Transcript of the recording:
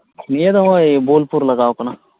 ᱱᱤᱭᱟᱹ ᱫᱚ ᱵᱳᱞᱯᱩᱨ ᱞᱟᱜᱟᱣ ᱠᱟᱱᱟ